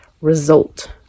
result